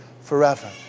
forever